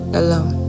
alone